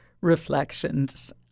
reflections